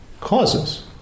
causes